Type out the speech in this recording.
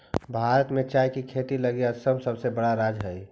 भारत में चाय के खेती लगी असम सबसे बड़ा राज्य हइ